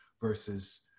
versus